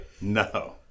No